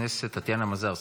טטיאנה מזרסקי.